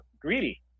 greedy